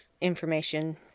information